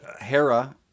Hera